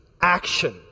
action